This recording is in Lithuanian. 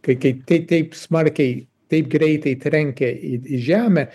kai kai tai taip smarkiai taip greitai trenkia į į žemę